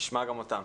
נשמע גם אותם.